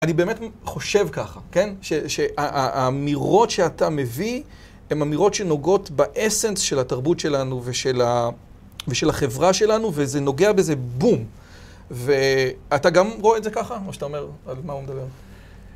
אני באמת חושב ככה, כן, שהאמירות שאתה מביא הן אמירות שנוגעות באסנס של התרבות שלנו ושל החברה שלנו, וזה נוגע בזה, בום. ואתה גם רואה את זה ככה, מה שאתה אומר, על מה הוא מדבר?